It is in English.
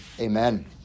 amen